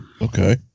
Okay